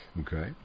Okay